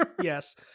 Yes